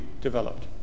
developed